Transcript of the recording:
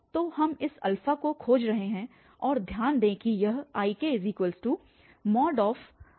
तो हम इस को खोज रहे हैं और ध्यान दें कि यह IkIk 12 है